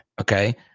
Okay